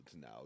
now